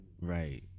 Right